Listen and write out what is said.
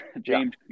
James